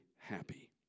happy